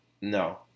no